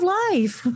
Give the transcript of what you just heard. life